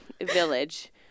village